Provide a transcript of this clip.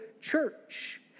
church